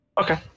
Okay